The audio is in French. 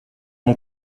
mon